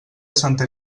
santa